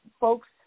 folks